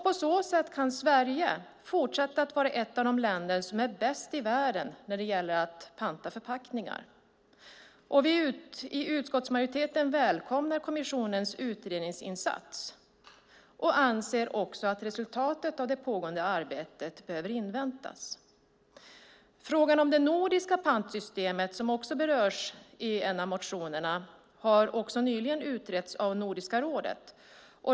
På så sätt kan Sverige fortsätta att vara ett av de länder som är bäst i världen när det gäller att panta förpackningar. Utskottsmajoriteten välkomnar kommissionens utredningsinsats och anser att resultatet av det pågående arbetet bör inväntas. Frågan om det nordiska pantsystemet, som berörs i en av motionerna, har nyligen utretts av Nordiska rådet.